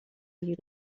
you